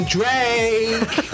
Drake